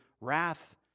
wrath